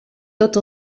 tots